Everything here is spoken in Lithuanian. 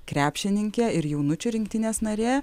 krepšininkė ir jaunučių rinktinės narė